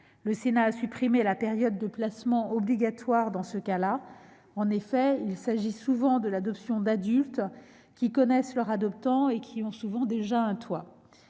Le Sénat a supprimé la période de placement obligatoire pour les majeurs dans ce cas. En effet, il s'agit souvent d'adultes qui connaissent leur adoptant et qui ont souvent déjà un toit.